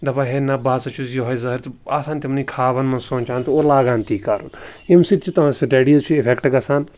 دَپان ہے نہ بہٕ ہَسا چھُس یوٚہَے آسان تِمنٕے خابَن منٛز سونٛچان تہٕ اور لاگان تی کَرُن ییٚمہِ سۭتۍ چھِ تٕہٕنٛز سٕٹَڈیٖز چھِ اِفٮ۪کٹ گژھان